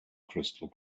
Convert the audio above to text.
crystal